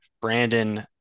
Brandon